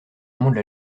vraiment